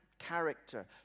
character